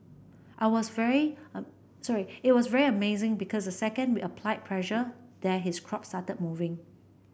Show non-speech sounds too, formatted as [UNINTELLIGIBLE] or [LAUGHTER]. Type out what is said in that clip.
I was very [UNINTELLIGIBLE] sorry it was very amazing because the second we applied pressure there his crop started moving